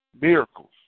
miracles